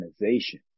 organization